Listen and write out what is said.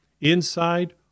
Inside